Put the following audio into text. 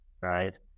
right